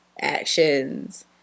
actions